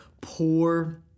poor